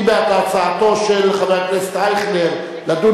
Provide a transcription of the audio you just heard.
מי בעד הצעתו של חבר הכנסת אייכלר לדון